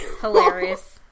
Hilarious